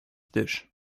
dish